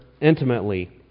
intimately